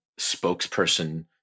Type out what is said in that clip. spokesperson